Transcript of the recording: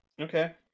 Okay